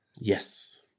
Yes